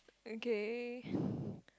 okay